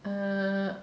err